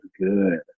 good